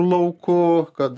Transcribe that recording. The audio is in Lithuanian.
lauku kad